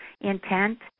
intent